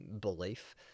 belief